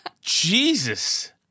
Jesus